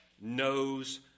knows